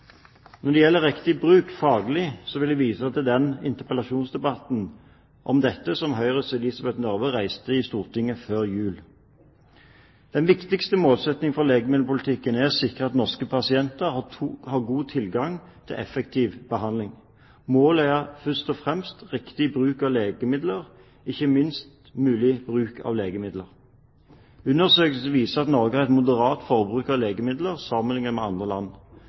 Når det gjelder riktig bruk faglig, vil jeg vise til den interpellasjonsdebatten om dette som Høyres Elisabeth Røbekk Nørve reiste i Stortinget før jul. Den viktigste målsettingen for legemiddelpolitikken er å sikre at norske pasienter har god tilgang til effektiv behandling. Målet er først og fremst riktig bruk av legemidler, ikke minst mulig bruk av legemidler. Undersøkelser viser at Norge har et moderat forbruk av legemidler sammenliknet med andre land.